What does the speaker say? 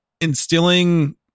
instilling